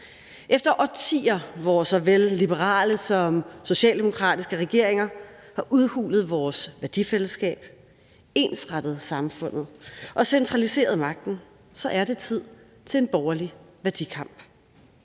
Efter årtier, hvor såvel liberale som socialdemokratiske regeringer har udhulet vores værdifællesskab, ensrettet samfundet og centraliseret magten, er det tid til en borgerlig værdikamp.